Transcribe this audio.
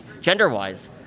gender-wise